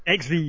XV